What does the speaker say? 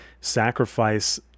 sacrifice